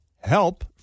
help